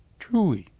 truly!